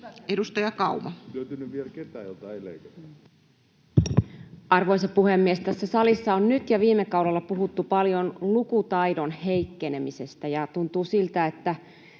Content: Arvoisa puhemies! Tässä salissa on nyt ja viime kaudella puhuttu paljon lukutaidon heikkenemisestä, ja tuntuu siltä, että